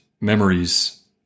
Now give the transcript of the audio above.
memories